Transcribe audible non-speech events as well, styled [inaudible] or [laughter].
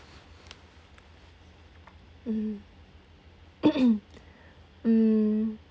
mm [coughs] mm